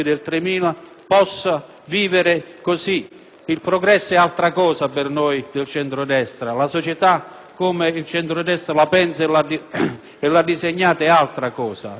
Il progresso è altra cosa per il centrodestra: la società, come il centro-destra la pensa e l'ha disegnata, è cosa diversa. Il welfare deve necessariamente